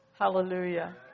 Hallelujah